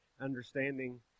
understanding